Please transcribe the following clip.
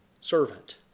servant